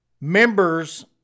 members